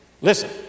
Listen